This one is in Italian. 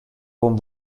con